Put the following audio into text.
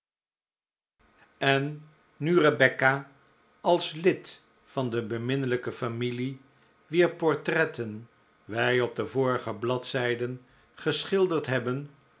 n nu rebecca als lid van de beminnelijke familie wier portretten wij opdevorige p i o bladzijden geschilderd hebben